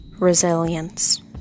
resilience